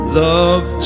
love